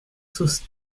sus